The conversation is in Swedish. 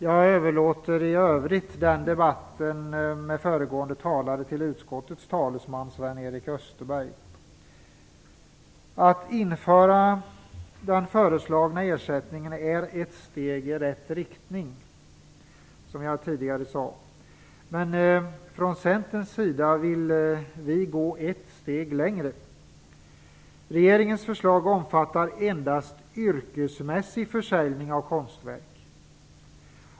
Jag överlåter i övrigt debatten med föregående talare till utskottets talesman Att införa den föreslagna ersättningen är ett steg i rätt riktning, som jag sade tidigare. Men från Centerns sida vill vi gå ett steg längre. Regeringens förslag omfattar endast yrkesmässig försäljning av konstverk.